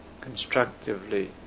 constructively